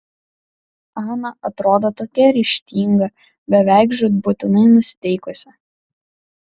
ana atrodo tokia ryžtinga beveik žūtbūtinai nusiteikusi